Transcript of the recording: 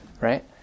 Right